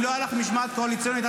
אם לא הייתה לך משמעת קואליציונית את